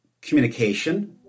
Communication